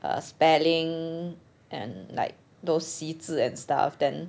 err spelling and like those 习字 and stuff then